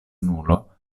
nulo